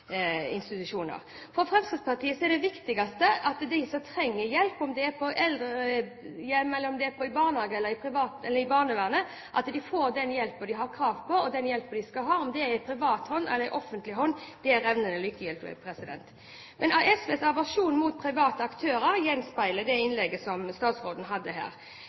For Fremskrittspartiet er det viktigste at de som trenger hjelp, om de er på aldershjem, i barnehage eller i barnevernet, får den hjelpen de har krav på, og den hjelpen de skal ha. Om den hjelpen kommer fra en privat hånd eller en offentlig hånd, er revnende likegyldig. Men SVs aversjon mot private aktører gjenspeiles i det innlegget som statsråden hadde her.